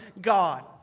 God